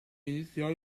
iniziò